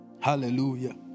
Hallelujah